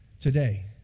today